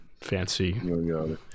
fancy